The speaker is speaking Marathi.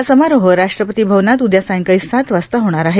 हा समारोह राष्ट्रपती भवनात उद्या सायंकाळी सात वाजता होणार आहे